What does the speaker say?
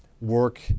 work